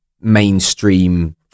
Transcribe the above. mainstream